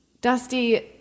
Dusty